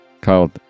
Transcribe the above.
called